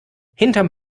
hinterm